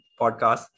podcast